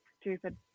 stupid